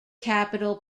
capitol